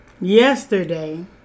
yesterday